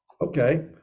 Okay